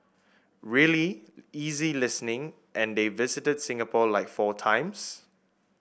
really easy listening and they visited Singapore like four times